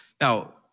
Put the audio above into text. Now